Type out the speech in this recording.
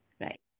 right